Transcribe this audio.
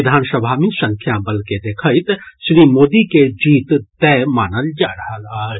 विधानसभा मे संख्याबल के देखैत श्री मोदी के जीत तय मानल जा रहल अछि